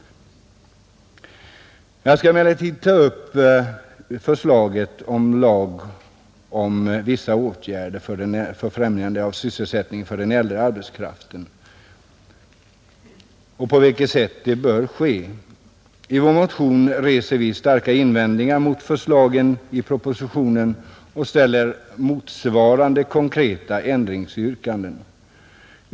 Jag skall emellertid ta upp förslaget till lag om vissa åtgärder för att främja sysselsättningen av äldre arbetskraft och på vilket sätt detta bör ske. I vår motion reser vi starka invändningar mot förslagen i propositionen och ställer motsvarande konkreta ändringsyrkanden.